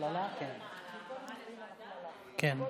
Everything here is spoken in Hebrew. מוקדם או יותר מאוחר,